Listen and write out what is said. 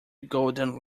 golden